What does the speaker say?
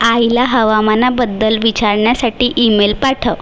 आईला हवामानाबद्दल विचारण्यासाठी ईमेल पाठव